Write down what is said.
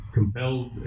compelled